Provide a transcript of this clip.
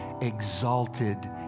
Exalted